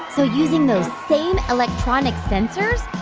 so using those same electronic sensors,